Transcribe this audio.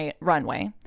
runway